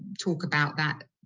talk about that,